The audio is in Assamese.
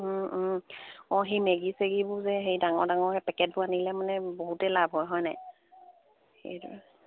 অঁ সেই মেগী চেগীবোৰ যে সেই ডাঙৰ ডাঙৰ পেকেটবোৰ আনিলে মানে বহুতেই লাভ হয় হয় নাই